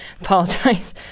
apologize